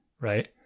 Right